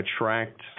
attract